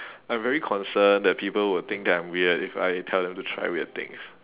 I'm very concerned that people would think that I'm weird if I tell them to try weird things